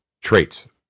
Traits